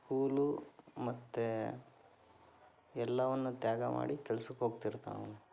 school ಮತ್ತೆ ಎಲ್ಲವನ್ನು ತ್ಯಾಗ ಮಾಡಿ ಕೆಲಸಕ್ಕೆ ಹೋಗ್ತಿರ್ತಾ ಅವನು